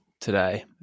today